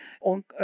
on